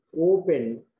open